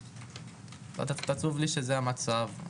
קצת עצוב לי שזה המצב.